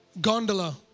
gondola